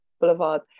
Boulevard